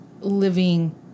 living